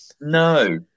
no